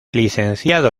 licenciado